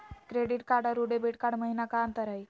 Credit card अरू debit card महिना का अंतर हई?